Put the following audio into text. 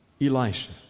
Elisha